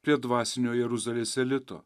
prie dvasinio jeruzalės elito